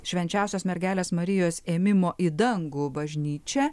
švenčiausios mergelės marijos ėmimo į dangų bažnyčia